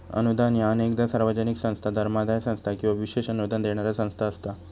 अनुदान ह्या अनेकदा सार्वजनिक संस्था, धर्मादाय संस्था किंवा विशेष अनुदान देणारा संस्था असता